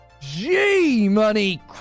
G-Money